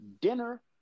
dinner